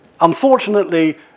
Unfortunately